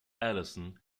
alison